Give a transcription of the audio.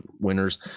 winners